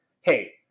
hey